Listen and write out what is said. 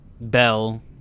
bell